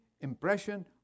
impression